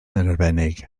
arbennig